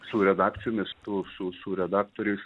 su redakcijomis tų su su redaktorius